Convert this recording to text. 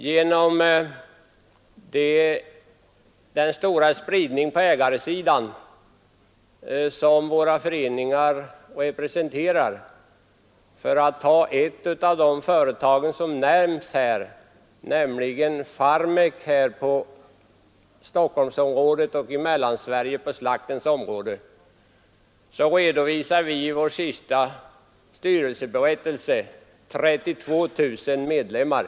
Föreningarna representerar en stor spridning av ägandet. För att ta ett företag på slakteriområdet som har nämnts här, nämligen Farmek i Mellansverige, så redovisas i den senaste styrelseberättelsen 32 000 medlemmar.